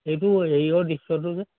এইটো হেৰিয়ৰ দৃশ্যটো যে